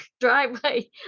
driveway